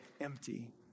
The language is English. empty